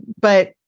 But-